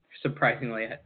surprisingly